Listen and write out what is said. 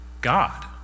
God